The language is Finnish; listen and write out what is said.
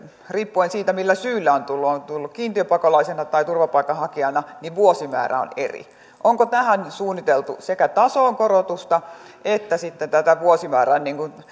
riippuen siitä millä syyllä on tullut onko tullut kiintiöpakolaisena vai turvapaikanhakijana vuosimäärä on eri onko tähän suunniteltu sekä tasoon korotusta että sitten tätä vuosimäärän